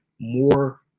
more